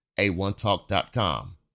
a1talk.com